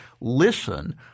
listen